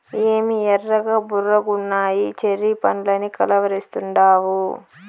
ఏమి ఎర్రగా బుర్రగున్నయ్యి చెర్రీ పండ్లని కలవరిస్తాండావు